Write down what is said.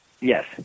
Yes